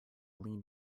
lean